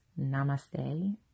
Namaste